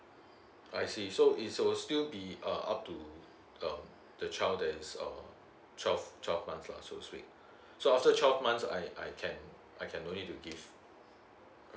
I see so it'll still be uh up to um the child that is um twelve twelve months lah so to speak so after twelve months I I can I can only to give